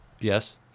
yes